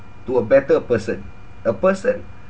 to a better person a person